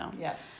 yes